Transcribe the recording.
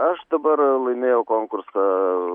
aš dabar laimėjau konkursą